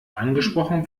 angesprochen